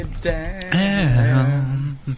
down